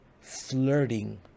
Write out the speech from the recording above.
flirting